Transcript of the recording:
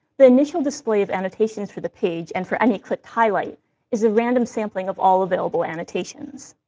the initial display of annotations for the page and for any clicked highlight is a random sampling of all available annotations.